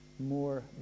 more